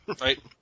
Right